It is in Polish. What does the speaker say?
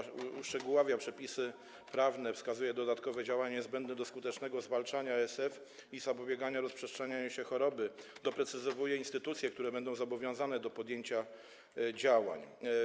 Przedłożona ustawa uszczegóławia przepisy prawne, wskazuje dodatkowe działania niezbędne do skutecznego zwalczania ASF i zapobiegania rozprzestrzenianiu się choroby, doprecyzowuje instytucje, które będą zobowiązane do podjęcia działań.